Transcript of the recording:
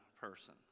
person